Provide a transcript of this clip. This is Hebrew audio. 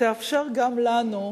תאפשר גם לנו,